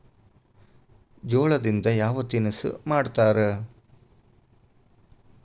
ಜೋಳದಿಂದ ಯಾವ ತಿನಸು ಮಾಡತಾರ?